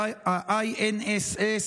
INSS,